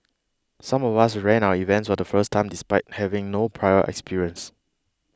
some of us ran our events for the first time despite having no prior experience